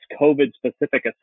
COVID-specific